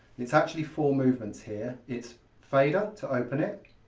it's actually four movements here. it's fader to open it,